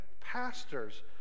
pastors